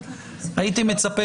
הייתי מצפה